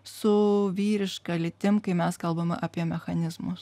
su vyriška lytim kai mes kalbam apie mechanizmus